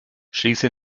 schließe